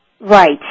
Right